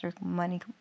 Money